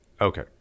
Okay